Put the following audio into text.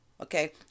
okay